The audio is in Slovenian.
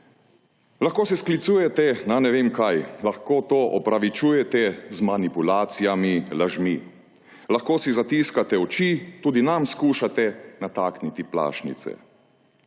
Lahko se sklicujete na ne vem kaj, lahko to opravičujete z manipulacijami, lažmi, lahko si zatiskate oči, tudi nam skušate natakniti plašnice.